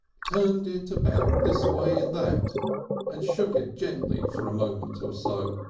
turned it about this way and that and shaken it gently for a moment or so,